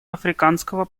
африканского